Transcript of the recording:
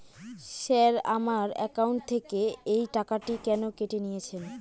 Sir আমার account থেকে এই টাকাটি কেন কেটে নিয়েছেন?